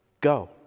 go